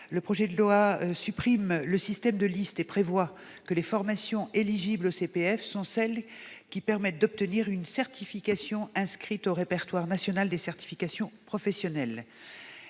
Le projet de loi supprime le système de listes et prévoit que les formations éligibles au CPF sont celles qui permettent d'obtenir une certification inscrite au répertoire national des certifications professionnelles.